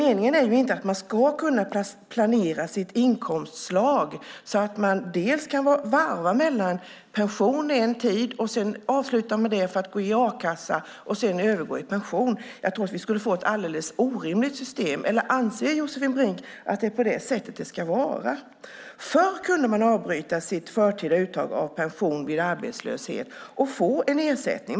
Meningen är inte att man ska kunna planera sitt inkomstslag så att man kan varva mellan pension under en tid och sedan sluta med det för att i stället gå över till a-kassa och därefter åter pension. Jag tror att vi då skulle få ett alldeles orimligt system. Eller anser Josefin Brink att det ska vara på det sättet? Förr kunde man vid arbetslöshet avbryta sitt förtida uttag av pension och få ersättning.